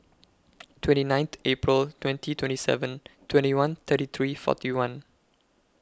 twenty ninth April twenty twenty seven twenty one thirty three forty one